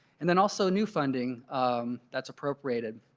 and then also new funding um that's appropriated.